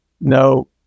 no